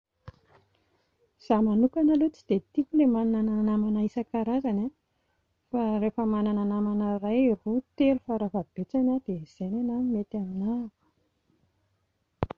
Izaho manokana aloha tsy dia tiako ilay manana namana isan-karazany a rehefa manana namana iray roa telo fara-fahabetsany aho dia izay ny anà no mety aminàako